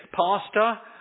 pastor